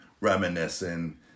reminiscing